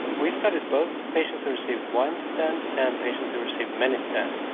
we studied both patients who received one stent and patients who received many stents.